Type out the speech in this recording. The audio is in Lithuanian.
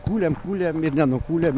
kūlėm kūlėm ir nenukūlėm